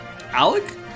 Alec